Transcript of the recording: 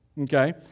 Okay